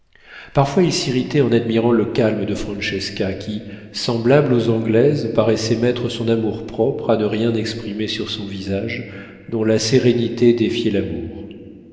parfois il s'irritait en admirant le calme de francesca qui semblable aux anglaises paraissait mettre son amour-propre à ne rien exprimer sur son visage dont la sérénité défiait l'amour